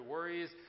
Worries